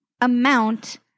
amount